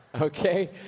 Okay